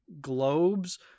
globes